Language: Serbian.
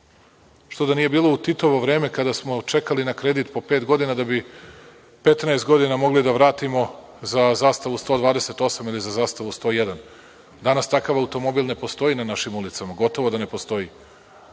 Što da nije bilo dobro u Titovo vreme kada smo čekali na kredit po pet godina da bi 15 godina mogli da vratimo za zastavu 128 ili za zastavu 101? Danas takav automobil ne postoji na našim ulicama, gotovo da ne postoji.